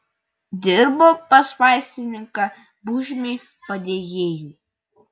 dirbo pas vaistininką bučmį padėjėju